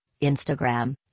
Instagram